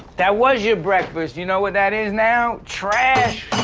that was your breakfast you know what that is now? trash,